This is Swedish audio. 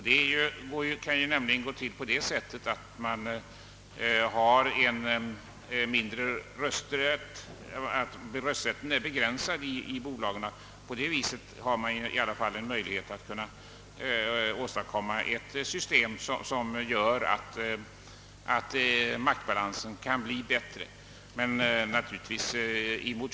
Det kan ske genom att rösträtten i bolagen begränsas. Därigenom blir det möjligt att få fram ett system som medför bättre maktbalans.